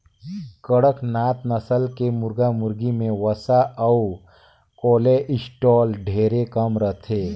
कड़कनाथ नसल के मुरगा मुरगी में वसा अउ कोलेस्टाल ढेरे कम रहथे